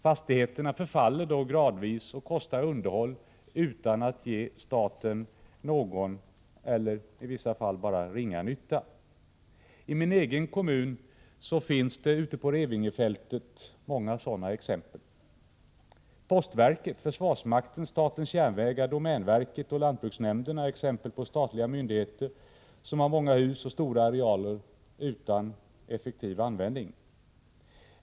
Fastigheterna förfaller då gradvis och kostar underhåll utan att ge staten någon eller i vissa fall endast ringa nytta. I min egen kommun finns det ute på Revingefältet många sådana exempel. Postverket, försvarsmakten, statens järnvägar, domänverket och lantbruksnämnderna är exempel på statliga myndigheter som har många hus och stora arealer utan effektiv användning.